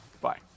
Bye